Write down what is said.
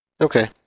Okay